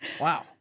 Wow